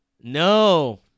No